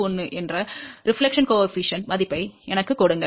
71 என்ற பிரதிபலிப்பு குணக மதிப்பை எனக்குக் கொடுங்கள்